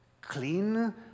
clean